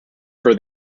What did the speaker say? for